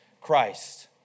Christ